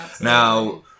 Now